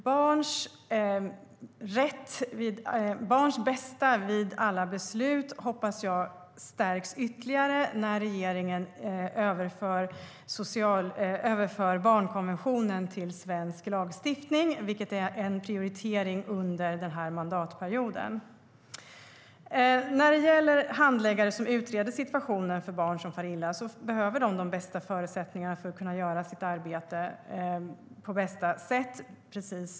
Barns bästa vid alla beslut hoppas jag stärks ytterligare när regeringen överför barnkonventionen till svensk lagstiftning, vilket är en prioritering under mandatperioden. Precis som du säger, Maj Karlsson, behöver de handläggare som utreder situationen för barn som far illa de bästa förutsättningarna för att kunna göra sitt arbete på bästa sätt.